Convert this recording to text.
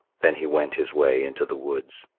then he went his way into the woods.